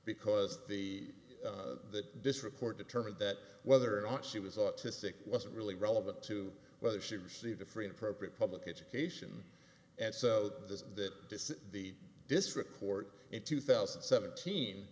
because the that this report determined that whether or not she was autistic wasn't really relevant to whether she received a free appropriate public education and so this that the district court in two thousand and seventeen